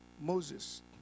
Moses